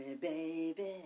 baby